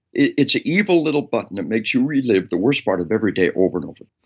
it's a evil little button that makes you relive the worst part of every day over and over